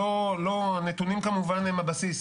הנתונים כמובן הם הבסיס,